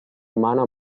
umana